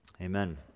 amen